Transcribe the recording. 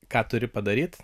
ką turi padaryt